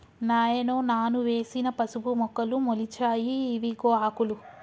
నాయనో నాను వేసిన పసుపు మొక్కలు మొలిచాయి ఇవిగో ఆకులు